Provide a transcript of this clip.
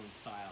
style